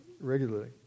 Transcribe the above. regularly